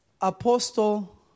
Apostle